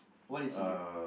what is he doing